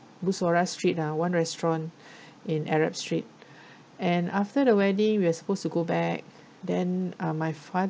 bussorah street lah one restaurant in arab street and after the wedding we are supposed to go back then uh my